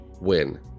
win